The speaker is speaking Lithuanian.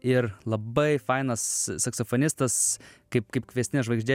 ir labai fainas saksofonistas kaip kaip kviestinė žvaigždė